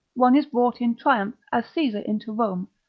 one is brought in triumph, as caesar into rome,